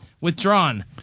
Withdrawn